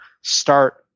start